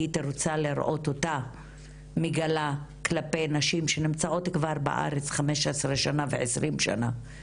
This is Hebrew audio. הייתי רוצה לראות אותה גם כלפי אלו שנמצאות בארץ כבר 15 ו-20 שנה.